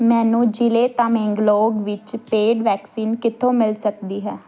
ਮੈਨੂੰ ਜ਼ਿਲ੍ਹੇ ਤਾਮੇਂਗਲੋਂਗ ਵਿੱਚ ਪੇਡ ਵੈਕਸੀਨ ਕਿੱਥੋਂ ਮਿਲ ਸਕਦੀ ਹੈ